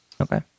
Okay